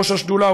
ראש השדולה,